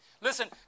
Listen